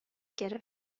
گرفت